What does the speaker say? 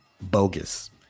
bogus